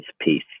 peace